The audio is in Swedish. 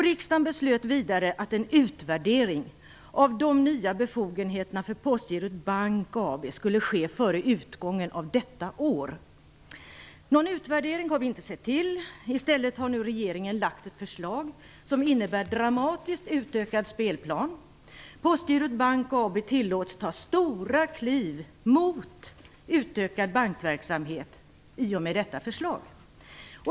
Riksdagen beslöt vidare att en utvärdering av de nya befogenheterna för Postgirot Bank AB skulle ske före utgången av detta år. Någon utvärdering har vi inte sett till. I stället har nu regeringen lagt fram ett förslag som innebär dramatiskt utökad spelplan. Postgirot Bank AB tillåts ta stora kliv mot utökad bankverksamhet i och med detta förslag.